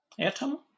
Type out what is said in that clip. atom